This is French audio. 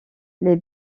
les